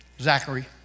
Zachary